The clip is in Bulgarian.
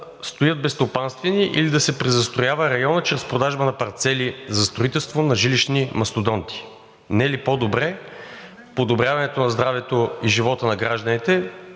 стоят безстопанствени или да се презастроява районът чрез продажба на парцели за строителство на жилищни мастодонти? Не е ли подобряването на здравето и животът на гражданите